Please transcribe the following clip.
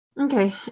Okay